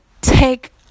take